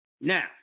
Now